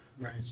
Right